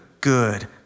good